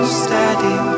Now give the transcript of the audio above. steady